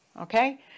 okay